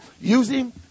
using